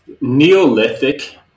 Neolithic